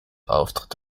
auftritt